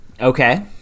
Okay